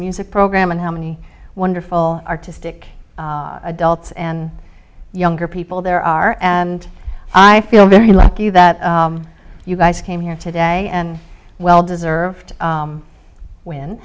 music program and how many wonderful artistic adults and younger people there are and i feel very lucky that you guys came here today and well deserved